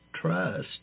trust